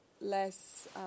less